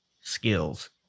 skills